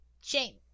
Shame